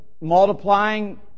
multiplying